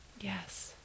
yes